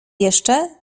jeszcze